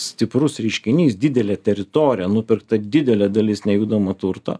stiprus reiškinys didelė teritorija nupirkta didelė dalis nejudamo turto